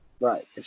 Right